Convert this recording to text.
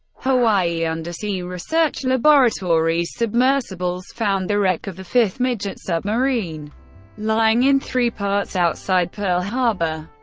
hawaii undersea research laboratory's submersibles found the wreck of the fifth midget submarine lying in three parts outside pearl harbor.